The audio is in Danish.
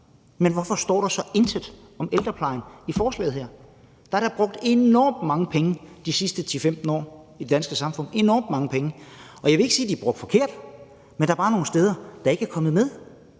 Men hvorfor står der så intet om ældreplejen i forslaget her? Der er da brugt enormt mange penge de sidste 10-15 år i det danske samfund, og jeg vil ikke sige, at de er brugt forkert, men der er bare nogle steder, der ikke er kommet med.